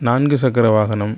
நான்கு சக்கர வாகனம்